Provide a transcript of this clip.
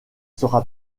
sera